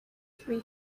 three